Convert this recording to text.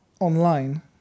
Online